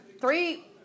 three